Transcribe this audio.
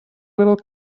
little